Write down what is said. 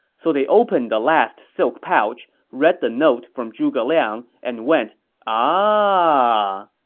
so they opened the last silk pouch, read the note from zhuge liang, and went um ahh.